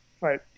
right